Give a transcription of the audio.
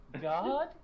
God